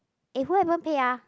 eh who haven't pay ah